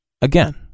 again